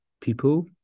people